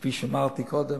כפי שאמרתי קודם,